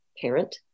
parent